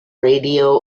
radio